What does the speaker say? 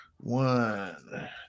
one